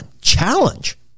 challenge